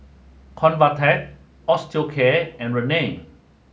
Convatec Osteocare and Rene